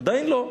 עדיין לא.